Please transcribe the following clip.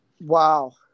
Wow